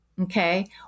okay